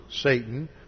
Satan